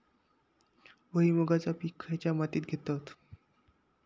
भुईमुगाचा पीक खयच्या मातीत घेतत?